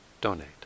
donate